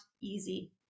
easy